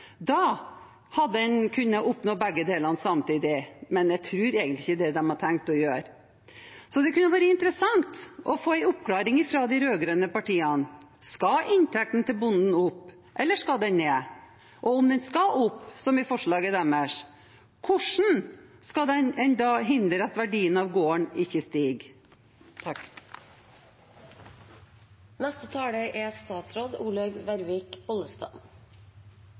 Da hadde en kunnet oppnådd begge deler samtidig. Men jeg tror ikke det er det de har tenkt å gjøre. Det hadde vært interessant å få ei oppklaring fra de rød-grønne partiene: Skal inntekten til bonden opp, eller skal den ned? Og om den skal opp, som i forslaget deres, hvordan skal en da hindre at verdien av gården stiger?